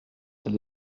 elle